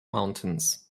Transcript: mountains